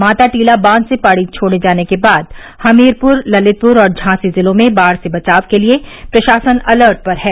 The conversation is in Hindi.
माता टीला बांध से पानी छोड़े जाने के बाद हमीरपुर ललितपुर और झांसी जिलों में बाढ़ से बचाव के लिये प्रशासन अलर्ट पर है